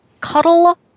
cuddle